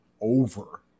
over